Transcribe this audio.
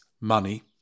money